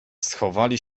schowali